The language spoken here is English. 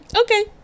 okay